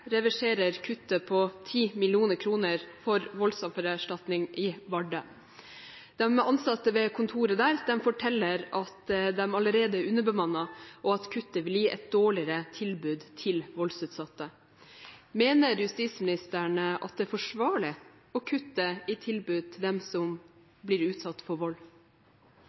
reverserer kuttet på 10 mill. kr for voldsoffererstatning i Vardø. De ansatte ved kontoret der forteller at de allerede er underbemannet, og at kuttet vil gi et dårligere tilbud til voldsutsatte. Mener justisministeren at det er forsvarlig å kutte i tilbud til dem som blir utsatt for vold?